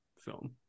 film